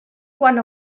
one